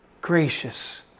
gracious